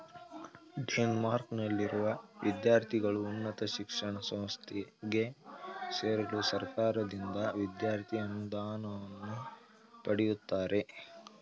ಡೆನ್ಮಾರ್ಕ್ನಲ್ಲಿರುವ ವಿದ್ಯಾರ್ಥಿಗಳು ಉನ್ನತ ಶಿಕ್ಷಣ ಸಂಸ್ಥೆಗೆ ಸೇರಲು ಸರ್ಕಾರದಿಂದ ವಿದ್ಯಾರ್ಥಿ ಅನುದಾನವನ್ನ ಪಡೆಯುತ್ತಾರೆ